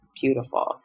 beautiful